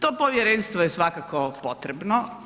To povjerenstvo je svakako potrebno.